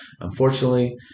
Unfortunately